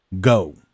Go